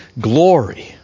glory